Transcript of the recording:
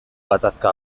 gatazka